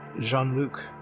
Jean-Luc